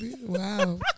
Wow